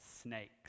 snakes